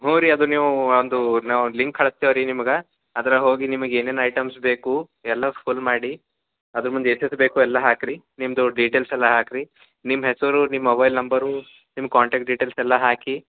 ಹ್ಞೂ ರೀ ಅದು ನೀವು ಒಂದು ನಾವು ಲಿಂಕ್ ಕಳಸ್ತೀವಿ ರೀ ನಿಮ್ಗ ಅದ್ರಾಗ ಹೋಗಿ ನಿಮಗೆ ಏನೇನು ಐಟಮ್ಸ್ ಬೇಕು ಎಲ್ಲ ಫುಲ್ ಮಾಡಿ ಅದ್ರ ಮುಂದೆ ಎಷ್ಟೆಷ್ಟು ಬೇಕು ಎಲ್ಲ ಹಾಕಿ ರೀ ನಿಮ್ಮದು ಡೀಟೇಲ್ಸ್ ಎಲ್ಲ ಹಾಕಿ ರೀ ನಿಮ್ಮ ಹೆಸರು ನಿಮ್ಮ ಮೊಬೈಲ್ ನಂಬರು ನಿಮ್ಮ ಕಾಂಟಾಕ್ಟ್ ಡೀಟೇಲ್ಸ್ ಎಲ್ಲ ಹಾಕಿ